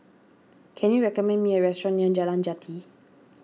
can you recommend me a restaurant near Jalan Jati